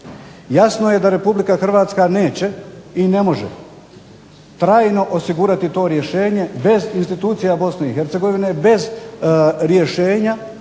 Jasno je da RH neće i ne može trajno osigurati to rješenje bez institucija BiH, bez rješenja